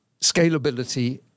scalability